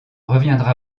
reviendra